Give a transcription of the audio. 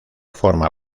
forma